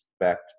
expect